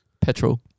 petrol